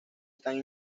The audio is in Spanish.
están